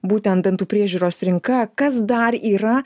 būtent dantų priežiūros rinka kas dar yra